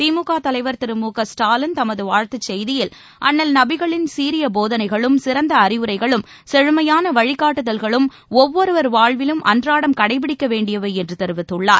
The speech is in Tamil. திமுக தலைவர் திரு மு க ஸ்டாலின் தமது வாழ்த்துச் செய்தியில் அண்ணல் நபிகளின் சீரிய போதனைகளும் சிறந்த அறிவுரைகளும் செழுமையான வழிகாட்டுதல்களும் ஒவ்வொருவர் வாழ்விலும் அன்றாடம் கடைபிடிக்க வேண்டியவை என்று தெரிவித்துள்ளார்